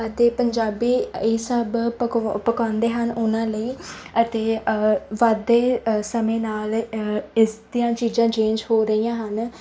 ਅਤੇ ਪੰਜਾਬੀ ਇਹ ਸਭ ਪਕਵਾ ਪਕਾਉਂਦੇ ਹਨ ਉਹਨਾਂ ਲਈ ਅਤੇ ਵਧਦੇ ਸਮੇਂ ਨਾਲ ਇਸ ਦੀਆਂ ਚੀਜ਼ਾਂ ਚੇਂਜ ਹੋ ਰਹੀਆਂ ਹਨ